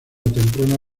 temprana